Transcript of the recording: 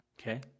Okay